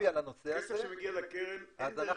כסף שמגיע לקרן אין דרך חזרה.